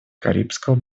карибского